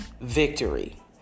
victory